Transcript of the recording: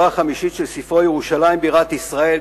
החמישית של ספרו "ירושלים בירת ישראל",